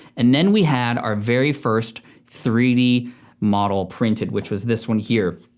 and then we had our very first three d model printed, which was this one here.